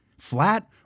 Flat